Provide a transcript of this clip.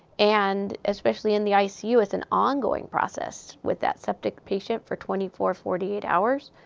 and, especially in the icu, it's an ongoing process with that septic patient for twenty four, forty eight hours.